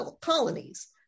colonies